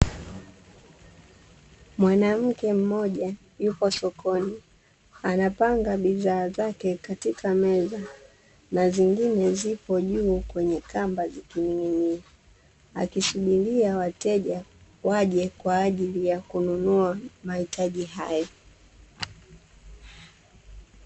Mwanamke mmoja yupo sokoni anapanga bidhaa zake katika meza na zingine zipo juu kwenye kamba zikining’inia, akisubiria wateja waje kwa ajili ya kununua mahitaji hayo.